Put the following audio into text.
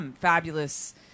fabulous